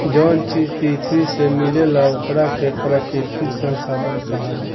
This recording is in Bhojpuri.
जवन चीज पृथ्वी से मिलेला ओकरा के प्राकृतिक संसाधन कहाला